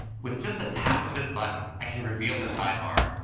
with just a tap of this button, i can reveal the sidebar,